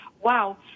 Wow